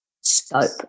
scope